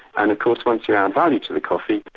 and of course once you add value to the coffee,